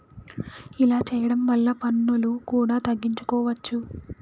ఇలా చేయడం వల్ల పన్నులు కూడా తగ్గించుకోవచ్చు